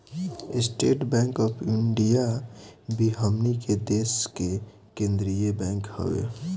estate Bank of India भी हमनी के देश के केंद्रीय बैंक हवे